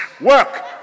Work